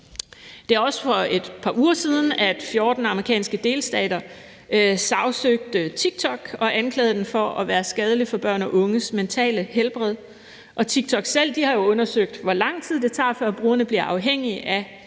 vejret. For et par uger siden sagsøgte 14 amerikanske delstater TikTok og anklagede den for at være skadelig for børn og unges mentale helbred, og TikTok selv har undersøgt, hvor lang tid det tager, før brugerne bliver afhængige af